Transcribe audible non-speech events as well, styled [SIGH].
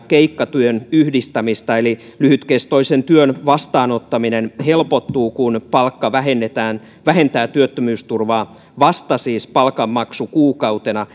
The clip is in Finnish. keikkatyön yhdistämistä eli lyhytkestoisen työn vastaanottaminen helpottuu kun palkka vähentää työttömyysturvaa vasta palkanmaksukuukautena [UNINTELLIGIBLE]